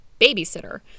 babysitter